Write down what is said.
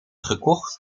gekocht